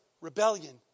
rebellion